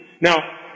Now